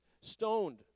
stoned